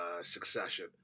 Succession